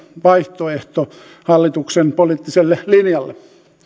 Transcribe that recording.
vaihtoehto hallituksen poliittiselle linjalle